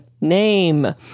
name